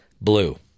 blue